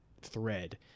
thread